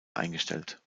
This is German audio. eingestellt